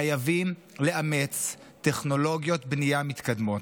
חייבים לאמץ טכנולוגיות בנייה מתקדמות.